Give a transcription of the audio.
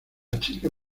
chica